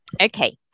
okay